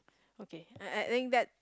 okay I I think that